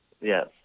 Yes